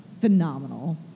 phenomenal